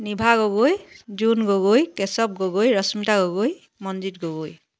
Nibha Gogoi Jun Gogoi Keshav Gogoi Rashmita Gogoi Manjit Gogoi